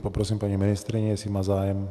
Poprosím paní ministryni, jestli má zájem.